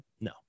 No